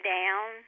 down